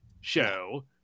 show